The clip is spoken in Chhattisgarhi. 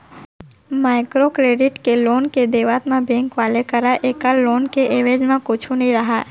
माइक्रो क्रेडिट के लोन के देवत म बेंक वाले करा ऐखर लोन के एवेज म कुछु नइ रहय